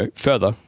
ah further,